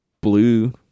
blue